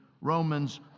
Romans